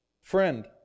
Friend